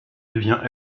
devient